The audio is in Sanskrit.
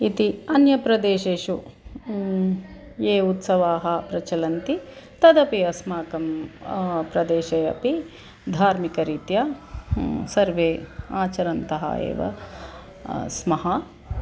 इति अन्यप्रदेशेषु ये उत्सवाः प्रचलन्ति तदपि अस्माकं प्रदेशे अपि धार्मिकरीत्या सर्वे आचरन्तः एव स्म